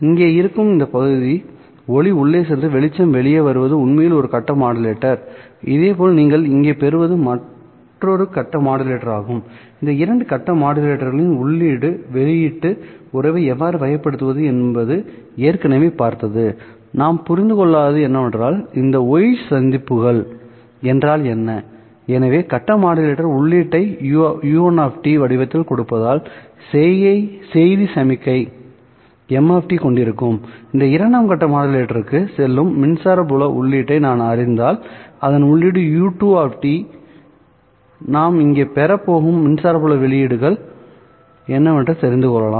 இங்கே இருக்கும் இந்த பகுதி ஒளி உள்ளே சென்று வெளிச்சம் வெளியே வருவது உண்மையில் ஒரு கட்ட மாடுலேட்டர் இதேபோல் நீங்கள் இங்கே பெறுவது மற்றொரு கட்ட மாடுலேட்டராகும்இந்த இரண்டு கட்ட மாடுலேட்டர்களின் உள்ளீட்டு வெளியீட்டு உறவை எவ்வாறு வகைப்படுத்துவது என்பது ஏற்கனவே பார்த்ததுநாம் புரிந்து கொள்ளாதது என்னவென்றால் இந்த Y சந்திப்புகள் என்றால் என்ன எனவே கட்ட மாடுலேட்டர் உள்ளீட்டைக் U1 வடிவத்தில் கொடுத்தால்செய்தி சமிக்ஞை m கொண்டிருக்கும்இந்த இரண்டாம் கட்ட மாடுலேட்டருக்குள் செல்லும் மின்சார புல உள்ளீட்டை நான் அறிந்தால் அதன் உள்ளீடு U2 நான் இங்கே பெறப் போகும் மின்சார புலம் வெளியீடுகள் என்னவென்று தெரிந்து கொள்ளலாம்